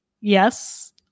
Yes